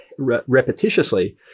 repetitiously